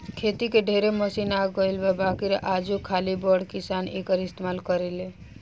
खेती के ढेरे मशीन आ गइल बा बाकिर आजो खाली बड़ किसान एकर इस्तमाल करेले